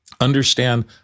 Understand